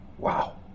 Wow